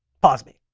pause me.